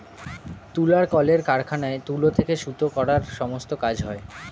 তুলার কলের কারখানায় তুলো থেকে সুতো করার সমস্ত কাজ হয়